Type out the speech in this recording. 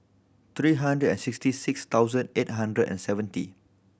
three hundred and sixty six thousand eight hundred and seventy